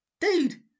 Dude